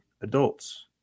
adults